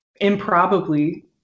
improbably